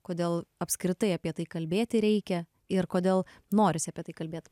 kodėl apskritai apie tai kalbėti reikia ir kodėl norisi apie tai kalbėt